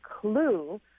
clue